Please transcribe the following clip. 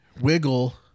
wiggle